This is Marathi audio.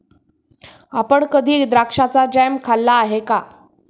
आपण कधी द्राक्षाचा जॅम खाल्ला आहे का?